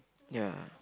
ya